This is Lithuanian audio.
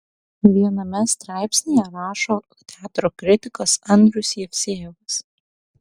viename straipsnyje rašo teatro kritikas andrius jevsejevas